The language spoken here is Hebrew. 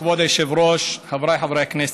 כבוד היושב-ראש, חבריי חברי הכנסת,